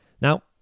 now